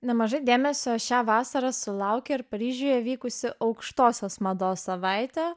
nemažai dėmesio šią vasarą sulaukė ir paryžiuje vykusi aukštosios mados savaitė